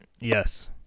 Yes